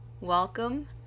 welcome